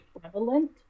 prevalent